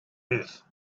earth